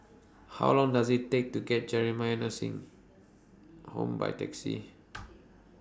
How Long Does IT Take to get Jamiyah Nursing Home By Taxi